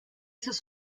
sus